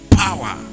power